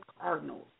Cardinals